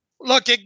Look